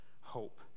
hope